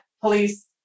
Police